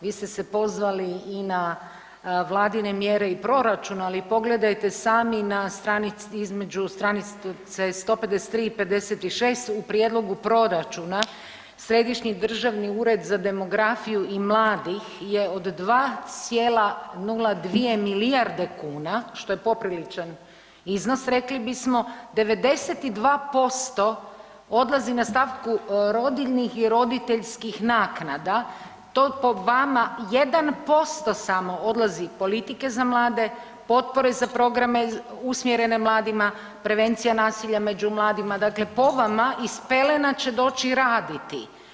Vi ste se pozvali i na vladine mjere i proračun, ali pogledajte sami na stranici, između stranice 153. i 56. u prijedlogu proračuna Središnji državni ured za demografiju i mladih je od 2,02 milijarde kuna što je popriličan iznos rekli bismo 92% odlazi na stavku rodiljnih i roditeljskih naknada to po vama 1% samo odlazi politike za mlade, potpore za programe usmjerene mladima, prevencija nasilja među mladima, dakle po vama iz pelena će doći raditi.